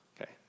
okay